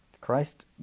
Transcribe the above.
Christ